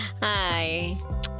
Hi